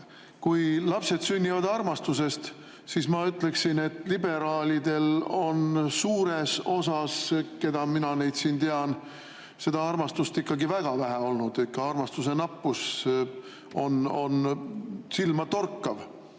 Kui lapsed sünnivad armastusest, siis ma ütleksin, et liberaalidel on suurel osal neist, keda mina siin tean, seda armastust ikkagi väga vähe olnud. Armastuse nappus on silmatorkav.